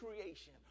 creation